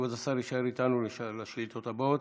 כבוד השר יישאר איתנו לשאילתות הבאות.